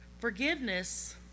forgiveness